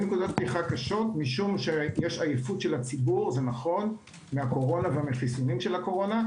משום שיש עייפות של הציבור מהקורונה ומהחיסונים של הקורונה,